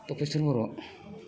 टकेसर बर'